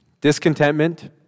Discontentment